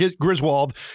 Griswold